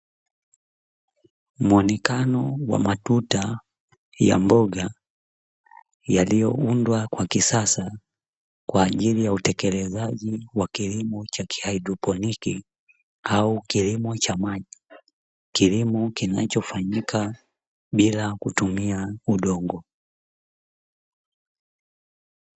Muonekano wa matuta ya mboga yaliyoundwa kwa kisasa kwa ajili ya utekelezaji wa kilimo cha haidroponi au kilimo cha maji, kilimo kinachofanyika bila kutumia udongo.